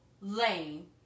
lame